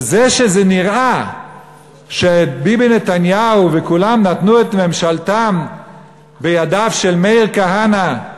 וזה שזה נראה שביבי נתניהו וכולם נתנו את ממשלתם בידיו של מאיר כהנא,